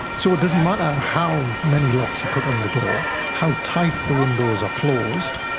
so it doesn't matter how many locks you put on the door, how tight the windows are closed,